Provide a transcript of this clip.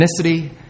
ethnicity